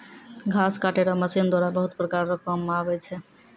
घास काटै रो मशीन द्वारा बहुत प्रकार रो काम मे आबै छै